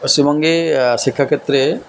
পশ্চিমবঙ্গে শিক্ষাক্ষেত্রে